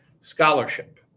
scholarship